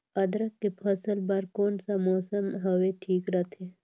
अदरक के फसल बार कोन सा मौसम हवे ठीक रथे?